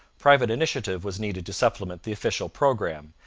private initiative was needed to supplement the official programme,